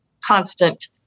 constant